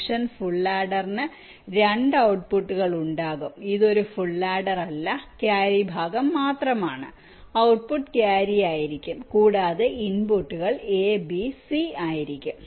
function full adder നു രണ്ട് ഔട്ട്പുട്ടുകൾ ഉണ്ടാകും ഇത് ഒരു ഫുൾ ആഡർ അല്ല ക്യാരി ഭാഗം മാത്രമാണ് ഔട്ട്പുട്ട് ക്യാരി ആയിരിക്കും കൂടാതെ ഇൻപുട്ടുകൾ എ ബി സി ആയിരിക്കും